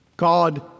God